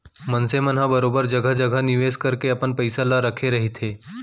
मनसे मन ह बरोबर जघा जघा निवेस करके अपन पइसा ल रखे रहिथे